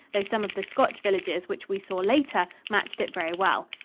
though some of the scotch villages which we saw later, matched it very well.